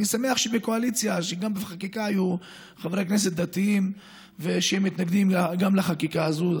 אני שמח שגם בקואליציה היו חברי כנסת דתיים שמתנגדים לחקיקה הזאת.